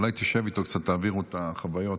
אולי תשב איתו קצת, תעבירו את החוויות.